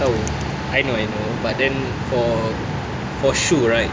tahu I know I know but then for for shoe right